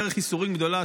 דרך ייסורים גדולה,